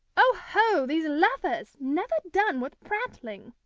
oho! these lovers! never done with prattling!